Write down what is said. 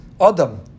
Adam